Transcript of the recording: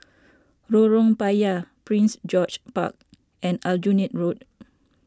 Lorong Payah Prince George's Park and Aljunied Road